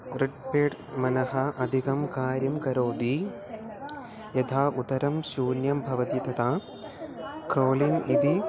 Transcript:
ऋड् पेड् मनः अधिकं कार्यं करोति यथा उत्तरं शून्यं भवति तदा क्रोलिन् इति